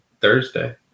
Thursday